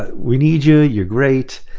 ah we need you. you're great.